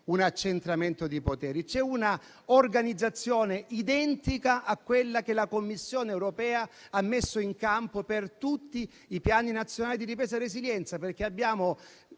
un accentramento di poteri, ma c'è una organizzazione identica a quella che la Commissione europea ha messo in campo per tutti i piani nazionali di ripresa e resilienza, perché abbiamo